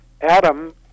Adam